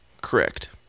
Correct